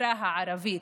בחברה הערבית,